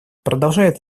продолжает